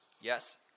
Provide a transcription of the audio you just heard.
yes